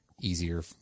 easier